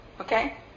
Okay